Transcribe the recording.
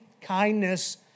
kindness